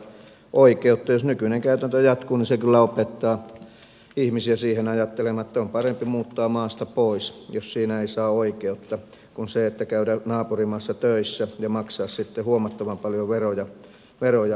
jos nykyinen käytäntö jatkuu niin se kyllä opettaa ihmisiä siihen ajatteluun että on parempi muuttaa maasta pois jos siinä ei saa oikeutta kuin käydä naapurimaassa töissä ja maksaa sitten huomattavan paljon enemmän veroja